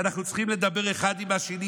שאנחנו צריכים לדבר אחד עם השני,